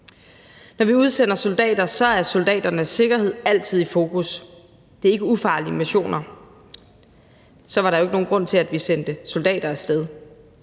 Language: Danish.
Når vi udsender soldater, er soldaternes sikkerhed altid i fokus. Det er ikke ufarlige missioner, for så var der jo ikke nogen grund til, at vi sendte soldater af sted,